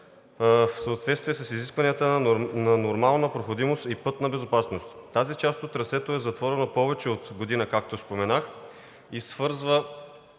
в съответствие с изискванията на нормална проходимост, а и пътна безопасност. Тази част от трасето е затворена повече от година, както споменах, свързва